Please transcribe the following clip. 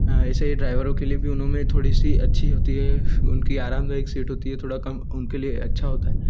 ऐसे ड्राइवरों के लिए भी उनों में अच्छी होती है में ए सी होती है उनकी आरामदायक सीट होती है थोड़ा कम उनके लिए अच्छा होता है